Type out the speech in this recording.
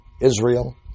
Israel